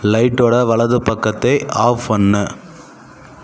லைட்டோடய வலது பக்கத்தை ஆஃப் பண்ணு